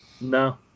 No